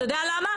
אתה יודע למה?